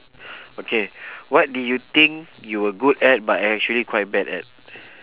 okay what do you think you were good at but actually quite bad at